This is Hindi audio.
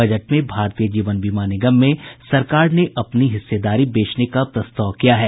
बजट में भारतीय जीवन बीमा निगम में सरकार ने अपनी हिस्सेदारी बेचने का प्रस्ताव किया है